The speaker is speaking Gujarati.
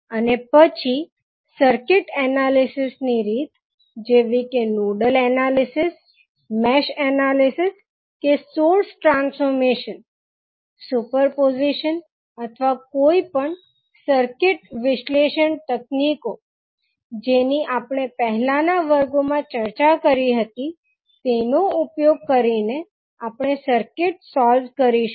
અને પછી સર્કિટ એનાલિસીસ ની રીત જેવી કે નોડલ એનાલિસીસ મેશ એનાલિસીસ કે સોર્સ ટ્રાન્સફોર્મેશન સુપરપોઝિશન અથવા કોઈપણ સર્કિટ વિશ્લેષણ તકનીકીઓ કે જેની આપણે પહેલાના વર્ગોમાં ચર્ચા કરી હતી તેનો ઉપયોગ કરીને આપણે સર્કિટ સોલ્વ કરીશુ